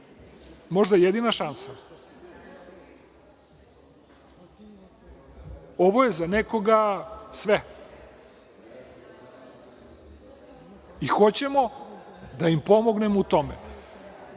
možda jedina šansa. Ovo je za nekoga sve i hoćemo da im pomognemo u